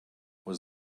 was